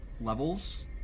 Levels